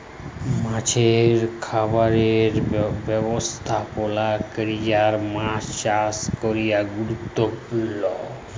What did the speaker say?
মাছের খামারের ব্যবস্থাপলা ক্যরে মাছ চাষ ক্যরা গুরুত্তপুর্ল